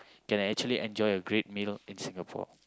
can actually enjoy a great meal in Singapore